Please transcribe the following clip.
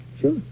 Sure